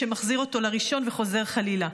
שמחזיר אותו לראשון וחוזר חלילה.